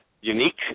unique